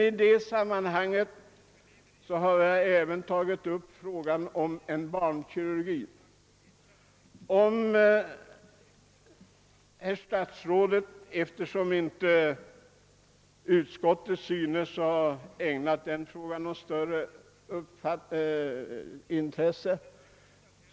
I detta sammanhang har jag även tagit upp frågan om en professur i barnkirurgi. Utskottet synes inte ha ägnat den frågan något större intresse.